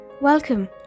Welcome